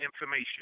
information